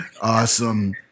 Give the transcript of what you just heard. Awesome